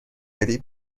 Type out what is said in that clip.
بدی